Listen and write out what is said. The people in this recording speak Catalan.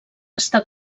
està